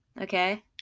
okay